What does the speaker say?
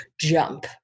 jump